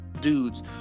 dudes